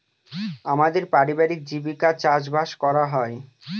আমাদের পারিবারিক জীবিকা চাষবাস করা হয়